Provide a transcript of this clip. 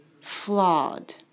flawed